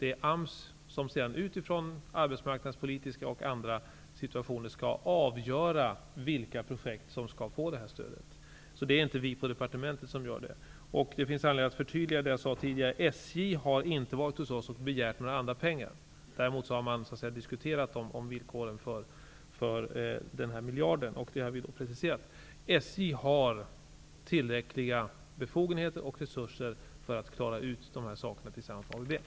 Det är sedan AMS som utifrån arbetsmarknadspolitiska och andra skäl skall avgöra vilka projekt som skall få detta stöd. Det är således inte vi på departementet som gör detta. Det finns även anleding att förtydliga det som jag sade tidigare. SJ har inte varit hos oss och begärt några andra pengar. Däremot har SJ diskuterat villkoren för denna miljard, och det har vi preciserat. SJ har tillräckliga befogenheter och resurser för att klara ut dessa saker tillsammans med ABB.